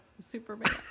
Superman